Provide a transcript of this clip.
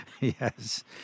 Yes